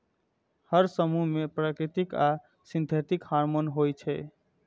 हर समूह मे प्राकृतिक आ सिंथेटिक हार्मोन होइ छै